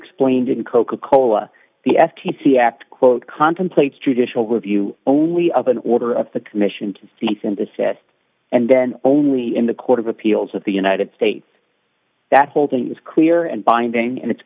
explained in coca cola the f t c act quote contemplates judicial review only of an order of the commission to cease and desist and then only in the court of appeals of the united states that whole thing is clear and binding and it's